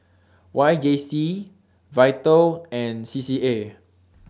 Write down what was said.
Y J C V I T A L and C C A